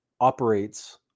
operates